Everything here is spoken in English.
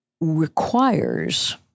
requires